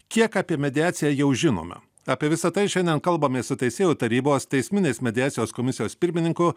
kiek apie mediaciją jau žinome apie visa tai šiandien kalbamės su teisėjų tarybos teisminės mediacijos komisijos pirmininku